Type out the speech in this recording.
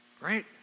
right